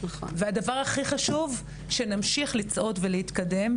והדבר הכי חשוב שנמשיך לצעוד ולהתקדם,